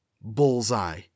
Bullseye